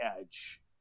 edge